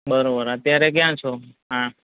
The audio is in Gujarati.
બરાબર અત્યારે ક્યાં છો આ